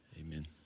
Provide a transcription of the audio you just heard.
Amen